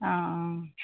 অঁ অঁ